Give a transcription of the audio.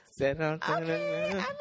okay